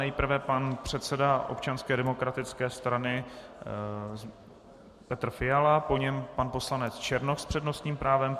Nejprve pan předseda Občanské demokratické strany Petr Fiala, po něm pan poslanec Černoch s přednostním právem.